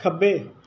ਖੱਬੇ